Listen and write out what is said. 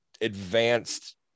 advanced